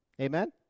Amen